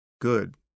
good